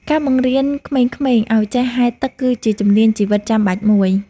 ការបង្រៀនក្មេងៗឱ្យចេះហែលទឹកគឺជាជំនាញជីវិតដ៏ចាំបាច់មួយ។